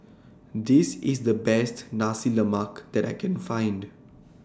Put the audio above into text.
This IS The Best Nasi Lemak that I Can Find